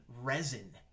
resin